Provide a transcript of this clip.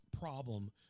problem